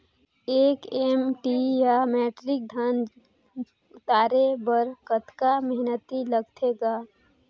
एक एम.टी या metric tonne धन उतारे बर कतका मेहनती लगथे ग?